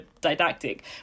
didactic